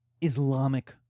Islamic